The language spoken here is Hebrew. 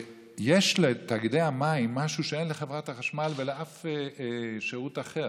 יש לתאגידי המים משהו שאין לחברת החשמל ולאף שירות אחר,